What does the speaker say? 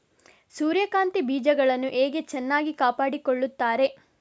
ಸೂರ್ಯಕಾಂತಿ ಬೀಜಗಳನ್ನು ಹೇಗೆ ಚೆನ್ನಾಗಿ ಕಾಪಾಡಿಕೊಳ್ತಾರೆ?